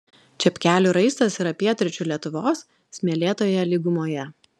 čepkelių raistas yra pietryčių lietuvos smėlėtoje lygumoje